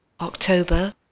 October